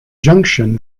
junction